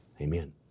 Amen